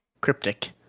cryptic